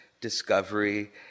discovery